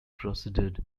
proceeded